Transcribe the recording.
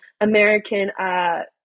American